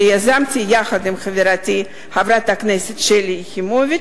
שיזמתי יחד עם חברתי חברת הכנסת שלי יחימוביץ,